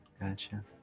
gotcha